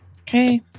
Okay